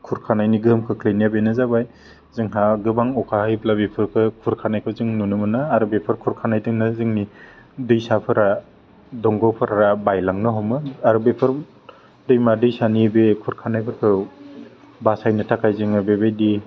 खुरखानायनि गोहोम खोख्लैनाया बेनो जाबाय जोंहा गोबां अखा हायोब्ला बेफोरखो खुरखानायखौ जों नुनो मोनो आरो बेफोर खुरखानायदोंनो जोंनि दैसाफ्रा दंग'फ्रा बायलांनो हमो आरो बेफोर दैमा दैसानि बे खुरखानायफोरखौ बासायनो थाखाय जोङो बेबायदि